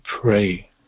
pray